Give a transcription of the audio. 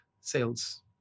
sales